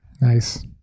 Nice